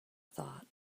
thought